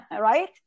right